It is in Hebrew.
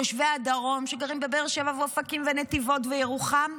תושבי הדרום שגרים בבאר-שבע ואופקים ונתיבות וירוחם,